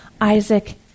Isaac